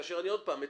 ועוד פעם,